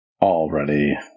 already